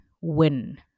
win